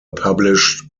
published